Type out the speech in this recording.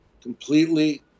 completely